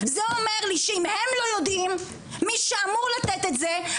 זה אומר לי שאם הם לא יודעים מי שאמור לתת את זה,